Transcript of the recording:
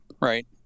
right